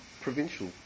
provincial